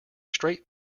straight